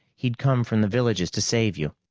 he'd come from the villages to save you.